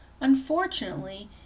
Unfortunately